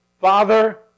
Father